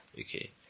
Okay